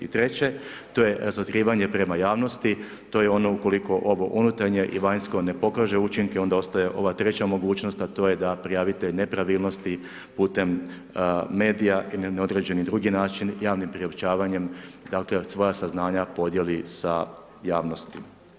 I treće, to je razotkrivanje prema javnosti, to je ono ukoliko ovo unutarnje i vanjsko ne pokaže učinke onda ostaje ova treća mogućnost a to je da prijavitelj nepravilnosti putem medija i na određeni drugi način javnim priopćavanjem dakle svoja saznanja podijeli sa javnosti.